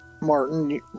Martin